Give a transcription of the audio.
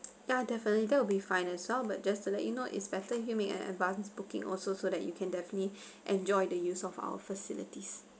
yeah definitely that will be fine as well but just to let you know it's better if you make an advance booking also so that you can definitely enjoy the use of our facilities